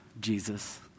Jesus